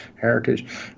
heritage